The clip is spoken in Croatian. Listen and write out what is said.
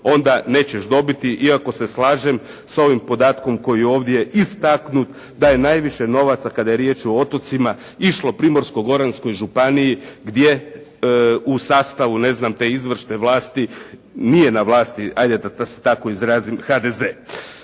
onda nećeš dobiti iako se slažem s ovim podatkom koji je ovdje istaknut da je najviše novaca kada riječ o otocima išlo Primorsko-goranskoj županiji gdje u sastavu ne znam te izvršne vlasti nije na vlasti ajde da se tako izrazim, HDZ.